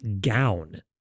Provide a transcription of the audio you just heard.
gown